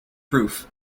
proof